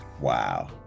wow